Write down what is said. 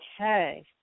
Okay